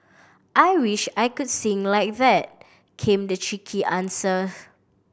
I wish I could sing like that came the cheeky answer